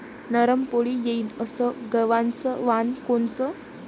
नरम पोळी येईन अस गवाचं वान कोनचं?